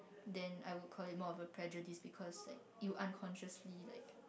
then I will call it more of a prejudice because like you unconsciously like